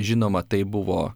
žinoma tai buvo